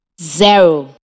zero